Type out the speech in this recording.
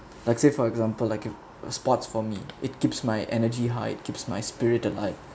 like say for example like if a sports for me it keeps my energy high keeps my spirit alive